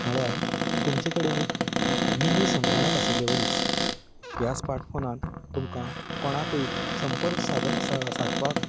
म्हणल्यार तुमचे कडेन एक मिनी संगणक आशिल्ले वरींच ह्या स्मार्ट फोनांत तुमकां कोणाकूय संपर्क सादपाक